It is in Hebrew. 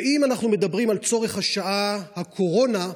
ואם אנחנו מדברים על צורך השעה, הקורונה,